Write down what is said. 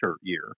year